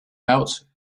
out